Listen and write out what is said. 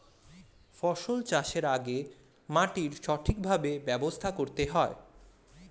ফসল চাষের আগে মাটির সঠিকভাবে ব্যবস্থা করতে হয়